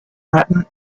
latin